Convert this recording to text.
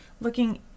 looking